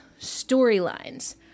storylines